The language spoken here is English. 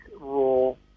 rule